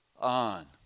on